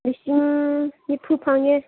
ꯂꯤꯁꯤꯡ ꯅꯤꯐꯨ ꯐꯪꯉꯦ